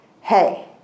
hey